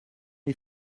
est